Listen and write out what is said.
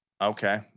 Okay